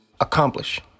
accomplish